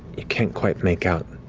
you can't quite make out,